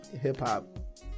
hip-hop